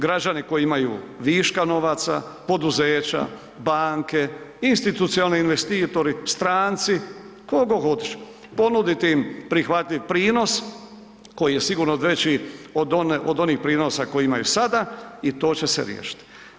Građani koji imaju viška novaca, poduzeća, banke, institucionalni investitori, stranci, ko god hoće, ponudit im prihvatljiv prinos koji je sigurno veći od onih prinosa koji imaju sada i to će se riješiti.